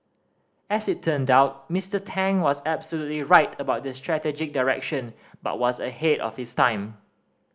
as it turned out Mister Tang was absolutely right about the strategic direction but was ahead of his time